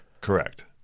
correct